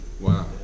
Wow